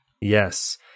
Yes